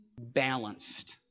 balanced